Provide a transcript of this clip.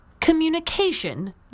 communication